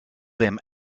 them